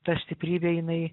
ta stiprybė jinai